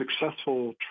successful